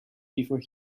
before